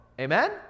amen